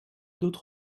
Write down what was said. d’autre